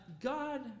God